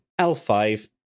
L5